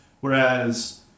Whereas